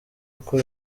uko